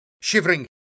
Shivering